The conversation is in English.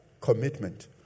commitment